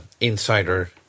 insider